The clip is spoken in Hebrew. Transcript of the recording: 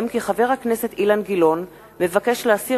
וזאב בילסקי,